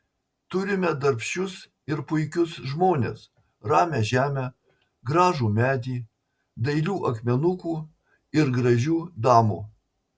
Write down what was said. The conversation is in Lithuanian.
turime darbščius ir puikius žmones ramią žemę gražų medį dailių akmenukų ir gražių damų